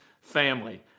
family